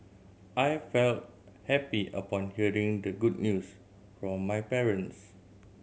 I felt happy upon hearing the good news from my parents